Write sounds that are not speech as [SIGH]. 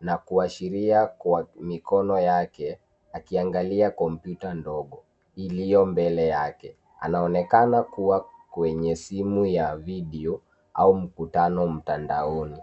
na kuashiria kwa mikono yake akiangalia kompyuta ndogo iliyo mbele yake. Anaonekana kuwa kwenye simu ya [VIDEO] au mkutano mtandaoni.